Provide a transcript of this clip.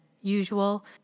usual